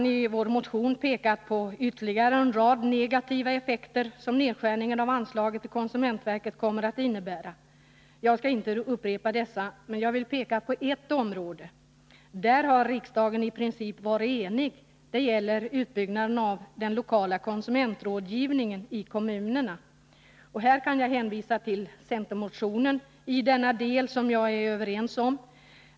Vi har i vår motion pekat på ytterligare en rad negativa effekter som nedskärningen av anslaget till konsumentverket kommer att innebära. Jag skall inte upprepa dessa, men jag vill peka på ett område där riksdagen i princip har varit enig. Det gäller utbyggnaden av den lokala konsumentrådgivningen i kommunerna. Jag kan hänvisa till centermotionen i denna del som jag instämmer i.